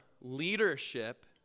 leadership